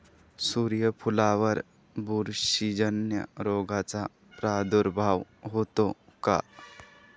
सूर्यफुलावर बुरशीजन्य रोगाचा प्रादुर्भाव होतो का?